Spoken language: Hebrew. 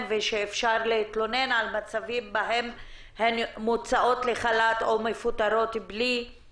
ושאפשר להתלונן על מצבים בהם הן מוצאות לחל"ת או מפוטרות שלא